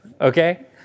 Okay